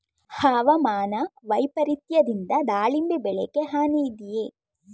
ಹವಾಮಾನ ವೈಪರಿತ್ಯದಿಂದ ದಾಳಿಂಬೆ ಬೆಳೆಗೆ ಹಾನಿ ಇದೆಯೇ?